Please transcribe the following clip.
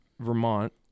vermont